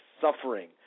suffering